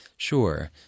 Sure